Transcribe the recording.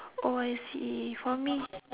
I see for me